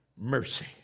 mercy